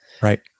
Right